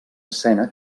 escena